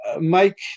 Mike